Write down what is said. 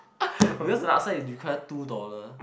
because the laksa is require two dollar